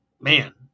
man